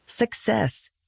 Success